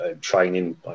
training